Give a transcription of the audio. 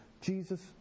Jesus